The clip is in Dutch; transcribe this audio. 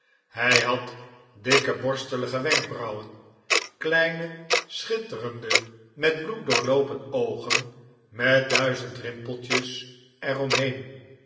hij had dikke borstelige wenkbrauwen kleine schitterende met bloed doorloopen oogen met duizend rimpeltjes